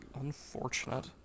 unfortunate